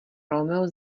romeo